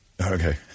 Okay